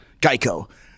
Geico